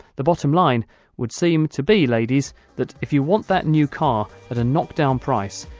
the bottom line would seem to be, ladies, that if you want that new car at a knock-down price,